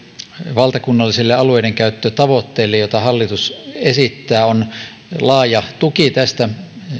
valtakunnallisille alueidenkäyttötavoitteille joita hallitus esittää on laaja tuki tästä